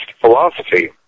philosophy